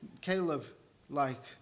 Caleb-like